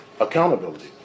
accountability